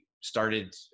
started